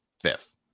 fifth